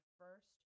first